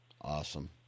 awesome